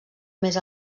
més